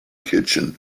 kitchen